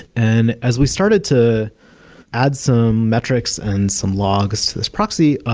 and as we started to add some metrics and some logs to this proxy,